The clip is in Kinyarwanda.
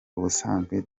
ubusanzwe